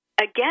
again